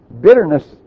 bitterness